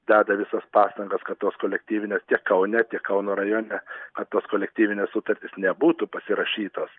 deda visas pastangas kad tos kolektyvinės tiek kaune tiek kauno rajone kad tos kolektyvinės sutartys nebūtų pasirašytos